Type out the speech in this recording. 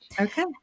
Okay